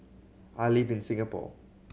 I live in Singapore